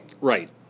Right